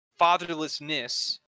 Fatherlessness